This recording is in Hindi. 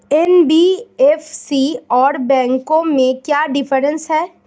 एन.बी.एफ.सी और बैंकों में क्या डिफरेंस है?